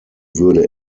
würde